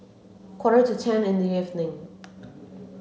quarter to ten in the evening